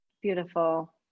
Beautiful